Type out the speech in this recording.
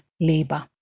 labor